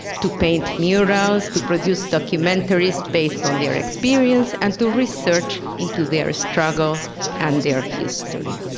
to paint murals, to produce documentaries based on their experience and to research into their struggle and their history.